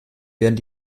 werden